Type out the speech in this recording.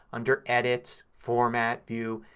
under edit, format, view,